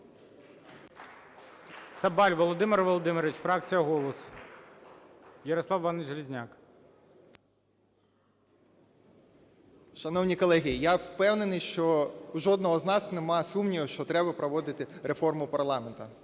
Шановні колеги! Я впевнений, що в жодного з нас немає сумніву, що треба проводити реформу парламенту,